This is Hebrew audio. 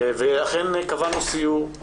אכן קבענו סיור.